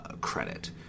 credit